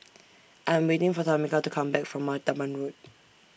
I Am waiting For Tamika to Come Back from Martaban Road